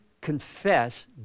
confess